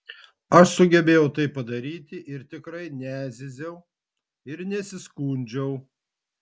aš sugebėjau tai padaryti ir tikrai nezyziau ir nesiskundžiau